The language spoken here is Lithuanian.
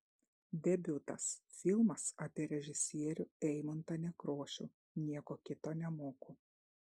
debiutas filmas apie režisierių eimuntą nekrošių nieko kito nemoku